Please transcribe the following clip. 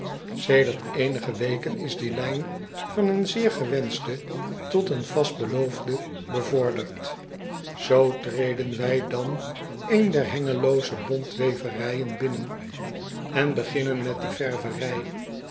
edert eenige weken is die lijn van een zeer gewenschte tot een vast beloofde bevorderd oo treden wij dan een der engelosche bontweverijen binnen en beginnen met de